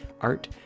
art